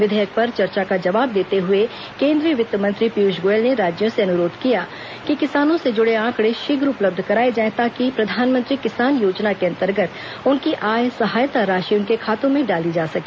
विधेयक पर चर्चा का जवाब देते हुए केंद्रीय वित्त मंत्री पीयूष गोयल ने राज्यों से अनुरोध किया कि किसानों से जुड़े आंकड़े शीघ्र उपलब्ध कराए जाएं ताकि प्रधानमंत्री किसान योजना के अंतर्गत उनकी आय सहायता राशि उनके खातों में डाली जा सके